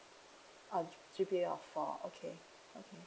oh G P A of four okay